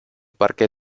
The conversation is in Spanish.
parque